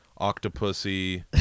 Octopussy